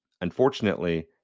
Unfortunately